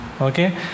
Okay